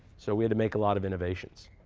so we had to make a lot of innovations.